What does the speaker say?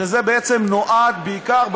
שזה בעצם נועד בעיקר,